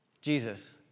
Jesus